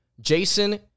Jason